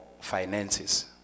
finances